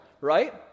Right